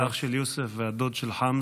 כן, את עלי אלזיאדנה, אח של יוסף והדוד של חמזה.